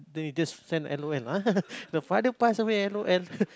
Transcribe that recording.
then he just send L_O_L ah the father pass away L_O_L